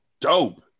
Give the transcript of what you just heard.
dope